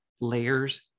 layers